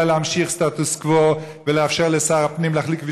אלא להמשיך את הסטטוס קוו ולאפשר לשר הפנים להחליט,